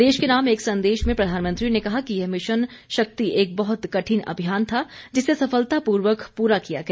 देश के नाम एक संदेश में प्रधानमंत्री ने कहा कि यह मिशन शक्ति एक बहत कठिन अभियान था जिसे सफलतापूर्वक पूरा किया गया